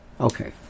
Okay